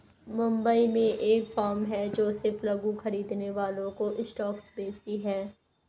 मुंबई में एक फार्म है जो सिर्फ लघु खरीदने वालों को स्टॉक्स बेचती है